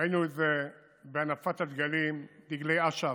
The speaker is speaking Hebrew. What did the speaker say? ראינו את זה בהנפת הדגלים, דגלי אש"ף,